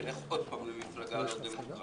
תלך עוד פעם למפלגה לא דמוקרטיה